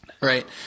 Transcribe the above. Right